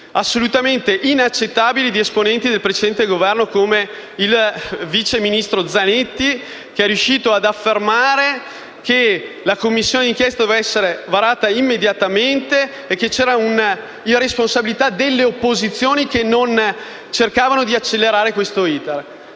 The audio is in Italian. assolutamente inaccettabili di esponenti del precedente Governo, come il vice ministro Zanetti, che è riuscito ad affermare che la Commissione d'inchiesta doveva essere varata immediatamente e che c'era una irresponsabilità delle opposizioni che non ne acceleravano l'*iter.*